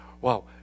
wow